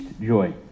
joy